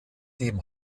dem